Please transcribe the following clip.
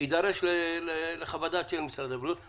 יידרש לחוות הדעת של משרד הבריאות.